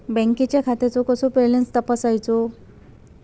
बँकेच्या खात्याचो कसो बॅलन्स तपासायचो?